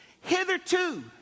hitherto